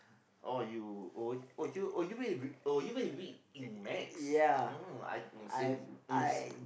oh you oh oh you oh you oh you very weak in maths oh same